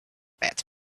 bet